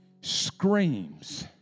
screams